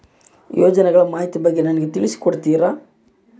ಯೋಜನೆಗಳ ಮಾಹಿತಿ ಬಗ್ಗೆ ನನಗೆ ತಿಳಿಸಿ ಕೊಡ್ತೇರಾ?